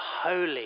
holy